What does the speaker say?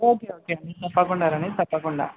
okay okay అండి తప్పకుండా రండి తప్పకుండా